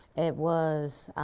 it was